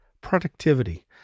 productivity